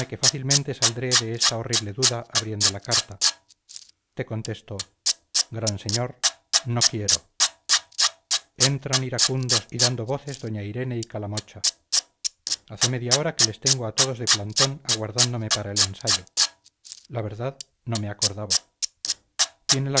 fácilmente saldré de esta horrible duda abriendo la carta te contesto gran señor no quiero entran iracundos y dando voces doña irene y calamocha hace media hora que les tengo a todos de plantón aguardándome para el ensayo la verdad no me acordaba tiene